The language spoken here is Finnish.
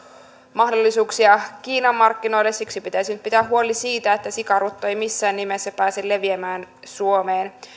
mahdollisuuksia kiinan markkinoille siksi pitäisi nyt pitää huoli siitä että sikarutto ei missään nimessä pääse leviämään suomeen